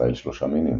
בישראל שלושה מינים.